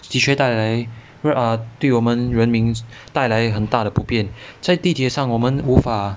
的确带来 err 对我们人民带来很大的不便在地铁上我们无法